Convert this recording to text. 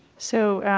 so,